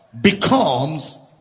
becomes